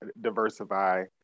diversify